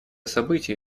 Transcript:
событий